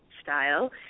style